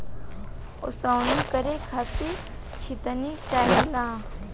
ओसवनी करे खातिर छितनी चाहेला